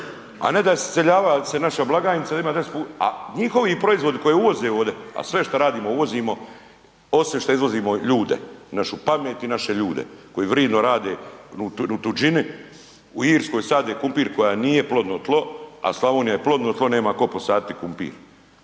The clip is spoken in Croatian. a ne da iseljava se naša blagajnica jer ima 10 puta, a njihovi proizvodi koji uvoze ovde, a sve što radimo uvozimo, osim šta izvozimo ljude, našu pamet i naše ljude koji vridno rade u tuđini, u Irskoj sade krumpir koja nije plodno tlo, a Slavonija je plodno tlo nema tko posaditi krumpir.